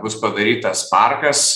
bus padarytas parkas